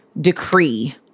decree